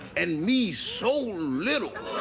and me so little.